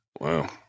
Wow